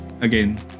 again